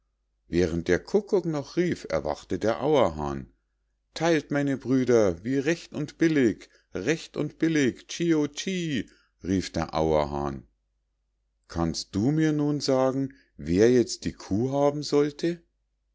während der kukuk noch rief erwachte der auerhahn theilt meine brüder wie recht und billig recht und billig tschio tschi rief der auerhahn kannst du mir nun sagen wer jetzt die kuh haben sollte